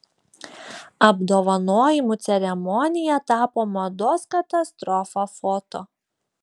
apdovanojimų ceremonija tapo mados katastrofa foto